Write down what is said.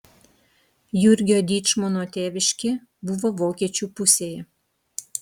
jurgio dyčmono tėviškė buvo vokiečių pusėje